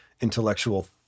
intellectual